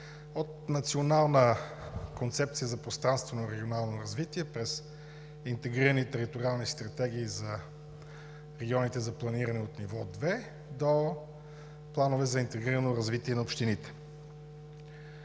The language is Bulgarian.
от Национална концепция за пространствено регионално развитие, през интегрирани териториални стратегии за регионите за планиране от ниво 2, до планове за интегрирано развитие на общините.